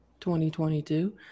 2022